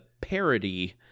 parody